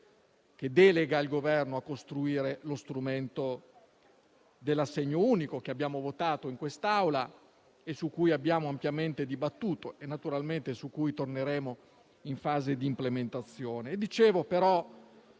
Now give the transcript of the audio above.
che delega il Governo a costruire lo strumento dell'assegno unico che abbiamo votato in quest'Aula, su cui abbiamo ampiamente dibattuto e su cui torneremo naturalmente in fase di implementazione.